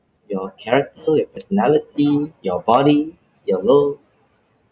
your character your personality your body your looks